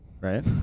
Right